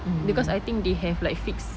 because I think they have like fixed